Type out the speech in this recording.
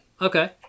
Okay